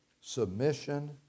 submission